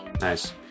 Nice